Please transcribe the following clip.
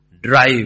Drive